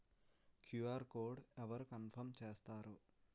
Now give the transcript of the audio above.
QR code అవరు confirm చేస్తారు?